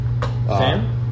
Sam